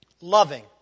loving